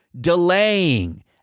delaying